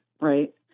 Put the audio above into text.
right